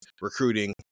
recruiting